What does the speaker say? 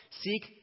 Seek